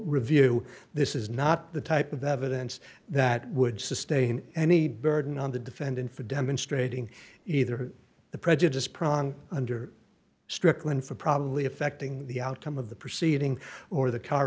review this is not the type of evidence that would sustain any burden on the defendant for demonstrating either the prejudice prong under strickland for probably affecting the outcome of the proceeding or the car